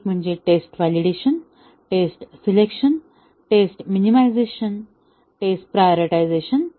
एक म्हणजे test validation test selection test minimisation आणि टेस्ट प्रायॉरीटाझेशन